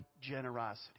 generosity